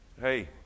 Hey